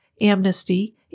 amnesty